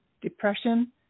depression